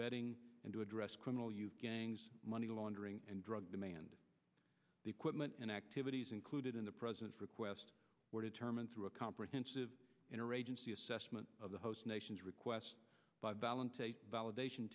vetting and to address criminal you gangs money laundering and drug demand equipment and activities included in the president's request determined through a comprehensive interagency assessment of the host nation's requests by voluntary validation